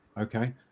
okay